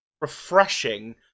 refreshing